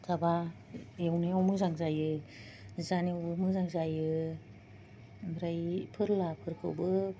सिथाबा एवनायाव मोजां जायो जानोबो मोजां जायो ओमफ्राय फोरलाफोरखौ